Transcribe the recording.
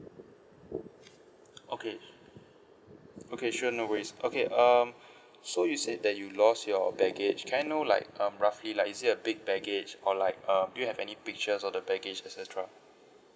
okay okay sure no worries okay uh so you said that you lost your baggage can I know like um roughly like is it a big baggage or like uh do you have any pictures of the baggage et cetera